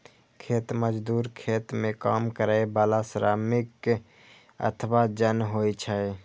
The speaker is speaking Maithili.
खेत मजदूर खेत मे काम करै बला श्रमिक अथवा जन होइ छै